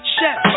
Chef